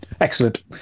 Excellent